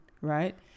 right